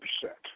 set